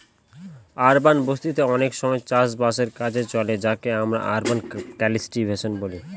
urban বসতি তে অনেক সময় চাষ বাসের কাজে চলে যাকে আমরা আরবান কাল্টিভেশন বলি